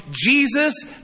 Jesus